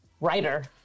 writer